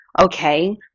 Okay